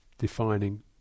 defining